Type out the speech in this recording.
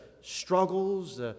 struggles